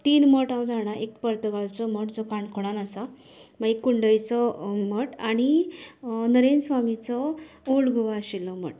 तीन मठ हांव जाणा एक पर्तगाळचो मठ जो काणकोणांत आसा मगीर कुंडयचो मठ आनी नरेंद्र स्वामीचो ऑल्ड गोवा आशिल्लो मठ